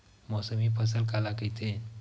मौसमी फसल काला कइथे?